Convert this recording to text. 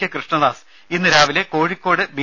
K Krishnadas ഇന്ന് രാവിലെ Kozhikode B